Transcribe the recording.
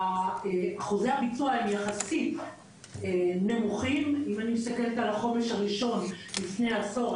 אחוזי הביצוע הם יחסית נמוכים אם אני מסתכלת על החומש הראשון לפני עשור,